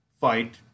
fight